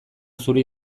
zuri